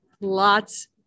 lots